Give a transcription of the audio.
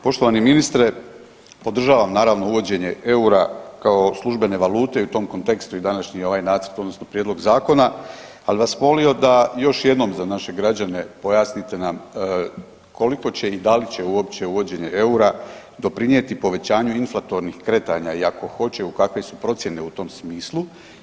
Poštovani ministre podržavam naravno uvođenje EUR-a kao službene valute i u tom kontekstu i današnji ovaj nacrt odnosno prijedlog zakona, ali bi vas molio da još jednom za naše građane pojasnite nam koliko će i da li će uopće uvođenje EUR-a doprinijeti povećanju inflatornih kretanja i ako hoće kakve su procjene u tom smislu.